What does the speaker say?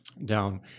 down